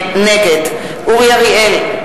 נגד אורי אריאל,